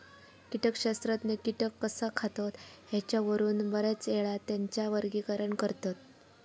कीटकशास्त्रज्ञ कीटक कसा खातत ह्येच्यावरून बऱ्याचयेळा त्येंचा वर्गीकरण करतत